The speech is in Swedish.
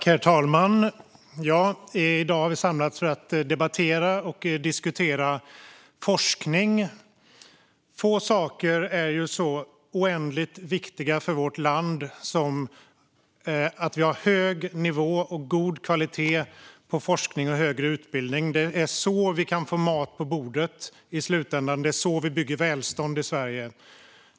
Herr talman! I dag har vi samlats för att debattera och diskutera forskning. Få saker är så oändligt viktiga för vårt land som att vi har hög nivå och god kvalitet på forskning och högre utbildning. Det är så vi kan få mat på bordet i slutändan, och det är så vi bygger välstånd i Sverige.